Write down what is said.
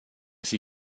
sie